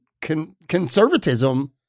conservatism